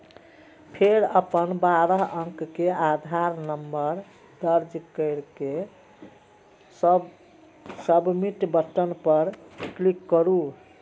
फेर अपन बारह अंक के आधार नंबर दर्ज कैर के सबमिट बटन पर क्लिक करू